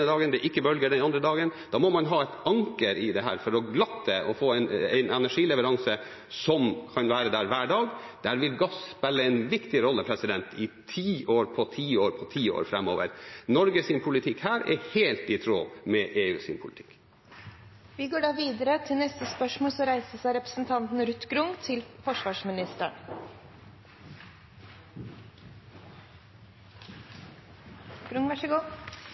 dagen – det er ikke bølger den andre dagen. Da må man ha et anker i dette for å glatte ut og få en energileveranse som kan være der hver dag. Der vil gass spille en viktig rolle i tiår på tiår framover. Norges politikk her er helt i tråd med EUs politikk. Vi går da til spørsmål 11. «Sjøkrigsskolen utdanner offiserer som